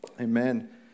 Amen